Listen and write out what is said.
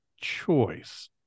choice